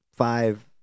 Five